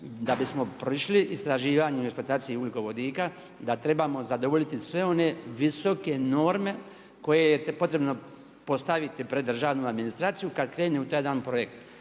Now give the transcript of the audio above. ne razumije./… istraživanju i eksploataciji ugljikovodika, da trebamo zadovoljiti sve one visoke norme koje je potrebno postaviti pred državnu administraciju kad krene u taj jedan projekt.